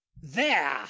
There